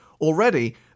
Already